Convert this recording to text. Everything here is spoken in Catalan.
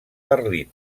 berlín